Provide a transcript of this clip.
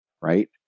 right